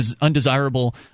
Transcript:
undesirable